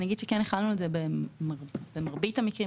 החלנו את זה במרבית המקרים.